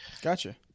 Gotcha